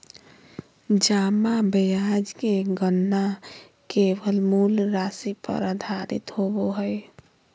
जमा ब्याज के गणना केवल मूल राशि पर आधारित होबो हइ